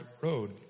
road